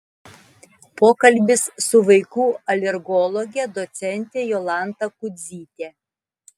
pokalbis su vaikų alergologe docente jolanta kudzyte